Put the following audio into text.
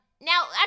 Now